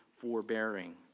forbearing